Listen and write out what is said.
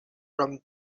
from